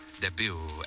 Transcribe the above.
debut